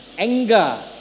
Anger